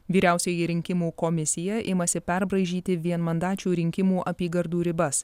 vyriausioji rinkimų komisija imasi perbraižyti vienmandačių rinkimų apygardų ribas